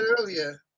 earlier